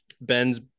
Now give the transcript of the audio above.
Ben's